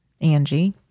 Angie